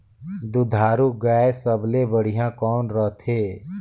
दुधारू गाय सबले बढ़िया कौन रथे?